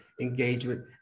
engagement